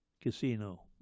Casino